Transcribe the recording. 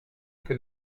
que